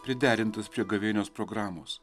priderintas prie gavėnios programos